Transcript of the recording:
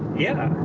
yeah,